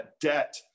debt